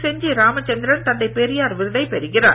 செஞ்சி ராமசந்திரன் தந்தை பெரியார் விருதை பெறுகிறார்